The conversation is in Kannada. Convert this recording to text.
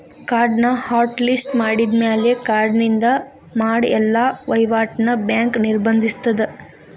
ಕಾರ್ಡ್ನ ಹಾಟ್ ಲಿಸ್ಟ್ ಮಾಡಿದ್ಮ್ಯಾಲೆ ಕಾರ್ಡಿನಿಂದ ಮಾಡ ಎಲ್ಲಾ ವಹಿವಾಟ್ನ ಬ್ಯಾಂಕ್ ನಿರ್ಬಂಧಿಸತ್ತ